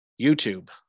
YouTube